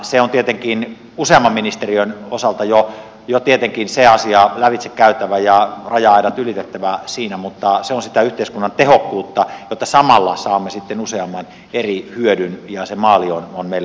se asia on tietenkin useamman ministeriön osalta jo tietenkin lävitse käytävä ja raja aidat ylitettävä siinä mutta se on sitä yhteiskunnan tehokkuutta jotta samalla saamme sitten useamman eri hyödyn ja se maali on meillä yhteinen